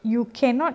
you cannot